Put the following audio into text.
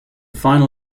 final